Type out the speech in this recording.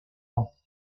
ans